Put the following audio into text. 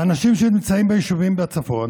האנשים שנמצאים ביישובים בצפון